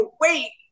wait